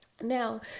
now